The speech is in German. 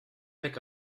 weg